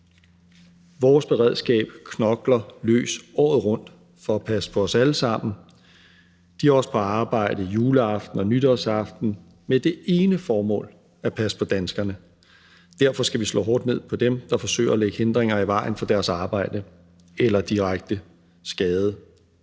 Vores beredskab knokler løs året rundt for at passe på os alle sammen. De er også på arbejde juleaften og nytårsaften med det ene formål at passe på danskerne. Derfor skal vi slå hårdt ned på dem, der forsøger at lægge hindringer i vejen for deres arbejde eller direkte skade